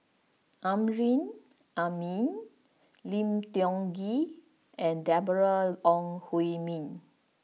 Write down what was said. Amrin Amin Lim Tiong Ghee and Deborah Ong Hui Min